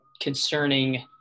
concerning